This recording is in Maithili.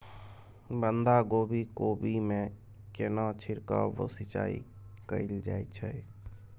बंधागोभी कोबी मे केना छिरकाव व सिंचाई कैल जाय छै?